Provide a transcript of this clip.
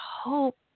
hope